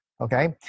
okay